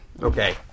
okay